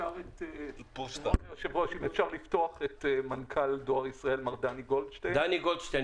כבוד היושב-ראש, חברי כנסת,